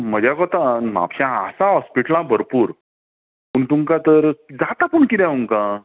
म्हज्या कोतांन म्हापशां आसा हॅास्पिटला भरपूर पूण तुमकां तर जाता पूण कितें तुमकां